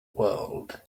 world